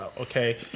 okay